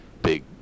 big